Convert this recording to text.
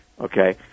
okay